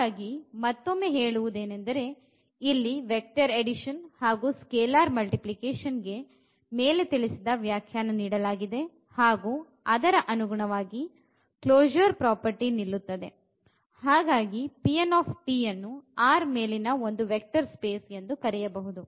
ಹಾಗಾಗಿ ಮತ್ತೊಮ್ಮೆ ಹೇಳುವುದೆಂದರೆ ಇಲ್ಲಿ ವೆಕ್ಟರ್ ಅಡಿಷನ್ ಹಾಗು ಸ್ಕೇಲಾರ್ ಮಲ್ಟಿಪ್ಲಿಕೇಷನ್ ಗೆ ಮೇಲೆ ತಿಳಿಸಿದಂತೆ ವ್ಯಾಖ್ಯಾನ ನೀಡಲಾಗಿದೆ ಹಾಗು ಅದರ ಅನುಗುಣವಾಗಿ ಕ್ಲೊಶೂರ್ ಪ್ರಾಪರ್ಟಿ ನಿಲ್ಲುತ್ತದೆ ಹಾಗಾಗಿ ಅನ್ನು R ಮೇಲಿನ ಒಂದು ವೆಕ್ಟರ್ ಸ್ಪೇಸ್ ಎಂದು ಕರೆಯಬಹುದು